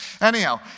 Anyhow